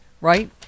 right